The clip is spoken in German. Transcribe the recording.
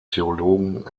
theologen